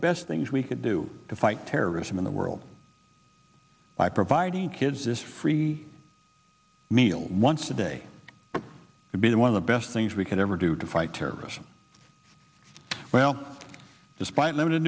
best things we could do to fight terrorism in the world by providing kids this free meal once a day would be one of the best things we could ever do to fight terrorism well despite limited